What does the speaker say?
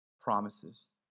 promises